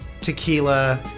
tequila